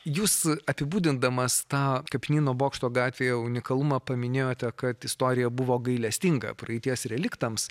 jūs apibūdindamas tą kapinyno bokšto gatvėje unikalumą paminėjote kad istorija buvo gailestinga praeities reliktams